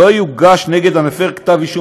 לא יוגש נגד המפר כתב אישום.